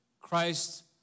Christ